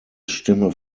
stimme